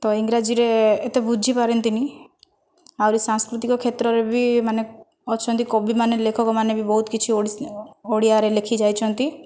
ତ ଇଂରାଜୀରେ ଏତେ ବୁଝି ପାରନ୍ତିନାହିଁ ଆହୁରି ସାଂସ୍କୃତିକ କ୍ଷେତ୍ରରେ ବି ମାନେ ଅଛନ୍ତି କବିମାନେ ଲେଖକମାନେ ବି ବହୁତ କିଛି ଓଡ଼ିଆରେ ଲେଖି ଯାଇଛନ୍ତି